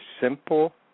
simple